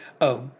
Oh